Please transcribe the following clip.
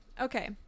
okay